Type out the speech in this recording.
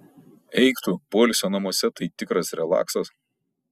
eik tu poilsio namuose tai tikras relaksas